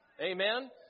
Amen